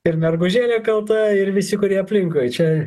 ir mergužėlė kalta ir visi kurie aplinkui čia